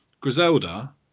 griselda